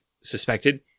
suspected